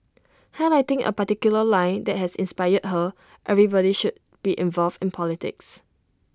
highlighting A particular line that inspired her everybody should be involved in politics